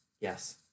Yes